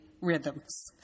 rhythms